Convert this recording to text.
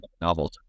novels